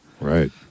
Right